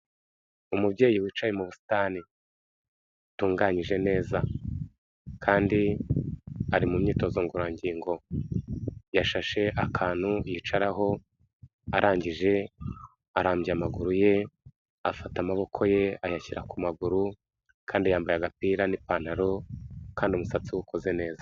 Umubyeyi wicaye mu busitani butunganije neza, kandi ari mu myitozo ngororangingo. Yashashe akantu yicaraho, arangije arambya amaguru ye, afata amaboko ye ayashyira ku maguru, kandi yambaye agapira n'ipantaro, kandi umusatsi we ukoze neza.